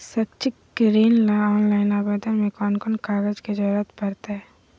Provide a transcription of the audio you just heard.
शैक्षिक ऋण ला ऑनलाइन आवेदन में कौन कौन कागज के ज़रूरत पड़तई?